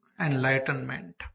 enlightenment